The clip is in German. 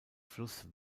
fluss